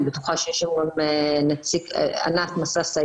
אני בטוחה שיש היום את ענת מססה,